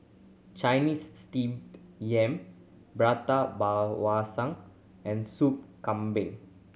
Chinese Steamed Yam prata and Soup Kambing